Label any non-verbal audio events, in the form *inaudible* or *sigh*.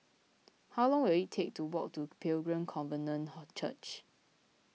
how long will it take to walk to Pilgrim Covenant *hesitation* Church